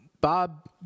Bob